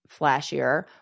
flashier